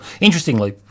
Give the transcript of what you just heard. Interestingly